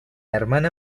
hermana